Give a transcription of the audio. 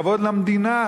כבוד למדינה,